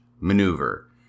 Maneuver